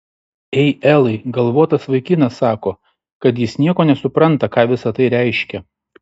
ei elai galvotas vaikinas sako kad jis nieko nesupranta ką visa tai reiškia